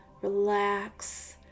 Relax